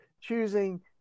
choosing